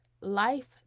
life